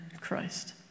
Christ